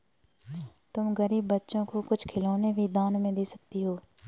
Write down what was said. तुम गरीब बच्चों को कुछ खिलौने भी दान में दे सकती हो